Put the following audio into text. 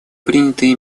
принятые